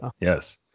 yes